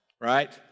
Right